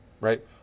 right